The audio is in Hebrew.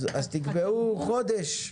אז תקבעו חודש.